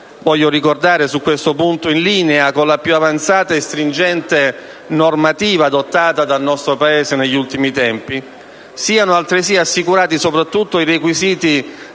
voglio ricordarlo - in linea con la più avanzata e stringente normativa adottata dal nostro Paese negli ultimi tempi, siano altresì assicurati, soprattutto, i requisiti